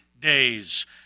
days